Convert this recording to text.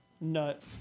Nut